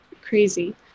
crazy